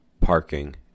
parking